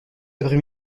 après